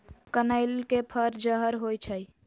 कनइल के फर जहर होइ छइ